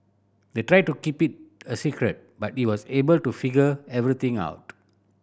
they tried to keep it a secret but he was able to figure everything out